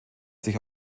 sich